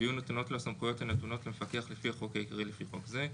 ויהיו נתונות לו הסמכויות הנתונות למפקח לפי החוק העיקרי לפי חוק זה.